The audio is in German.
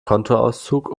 kontoauszug